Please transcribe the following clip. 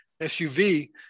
SUV